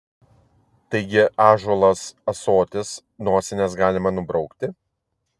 taigi ąžuolas ąsotis nosines galima nubraukti